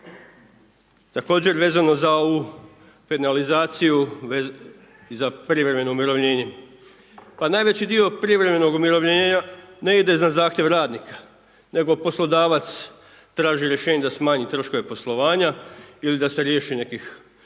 Također vezano za ovu penalizaciju i za privremeno umirovljenje. Pa najveći dio privremenog umirovljenja ne ide za zahtjev radnika, nego poslodavac traži rješenje da smanji troškove poslovanja ili da se riješi nekih